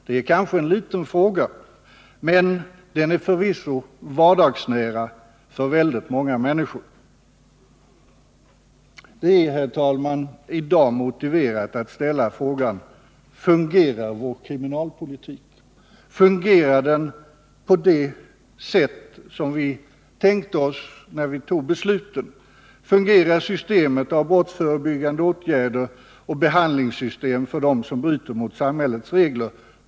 Det är kanske en liten fråga, men den är förvisso vardagsnära för väldigt många människor. Det är, herr talman, i dag motiverat att fråga: Fungerar vår kriminalpolitik? Fungerar den på det sätt som vi tänkte oss, när vi fattade beslutet om den? Fungerar systemet på ett hyggligt sätt i fråga om brottsförebyggande åtgärder och behandlingssystemet för dem som bryter mot samhällets regler?